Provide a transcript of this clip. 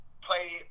Play